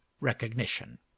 recognition